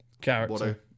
Character